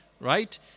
right